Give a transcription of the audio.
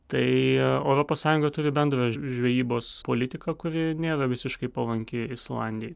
tai europos sąjunga turi bendrą žvejybos politiką kuri nėra visiškai palanki islandijai